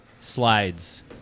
Slides